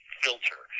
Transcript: filter